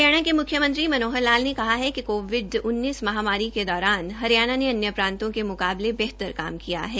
हरियाणा के मुख्यमंत्री मनोहर लाल ने कहा है कि कोविड महमारी के दौरान हरियाणा ने अन्य प्रांतो के मुकाबले बेहतर काम किया है